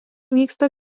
vyksta